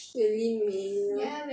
really mean lor